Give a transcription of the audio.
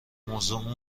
موضوع